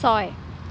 ছয়